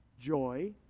joy